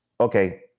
okay